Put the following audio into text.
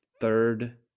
third